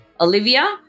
Olivia